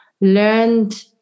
learned